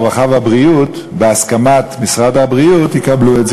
הרווחה והבריאות בהסכמת משרד הבריאות יקבלו את זה,